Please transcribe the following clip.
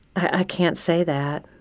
i can't say that.